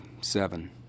seven